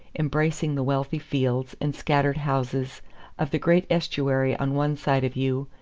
embracing the wealthy fields and scattered houses of the great estuary on one side of you,